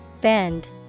Bend